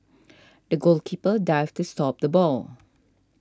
the goalkeeper dived to stop the ball